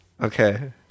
Okay